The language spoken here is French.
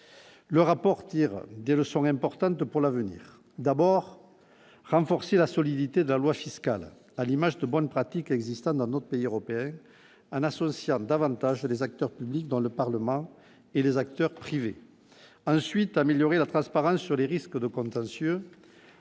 le rapport tire des leçons importantes pour l'avenir d'abord renforcer la solidité de la loi fiscale à l'image de bonnes pratiques existant dans notre pays européens, en associant davantage les acteurs publics dans le Parlement et les acteurs privés ensuite améliorer la transparence sur les risques de contentieux